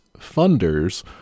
funders